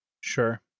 sure